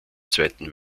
zweiten